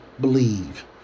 believe